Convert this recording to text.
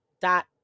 dot